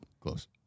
close